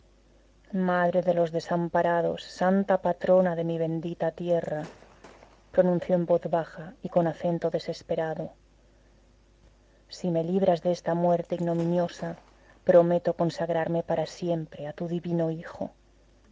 madre de los desamparados santa patrona de mi bendita tierra pronunció en voz baja y con acento desesperado si me libras de esta muerte ignominiosa prometo consagrarme para siempre a tu divino hijo